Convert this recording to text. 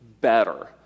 better